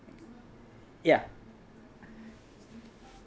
ya